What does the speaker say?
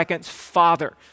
father